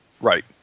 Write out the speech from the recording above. Right